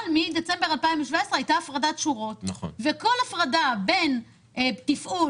אבל מדצמבר 2017 הייתה הפרדת שורות וכל הפרדה בין תפעול